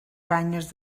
banyes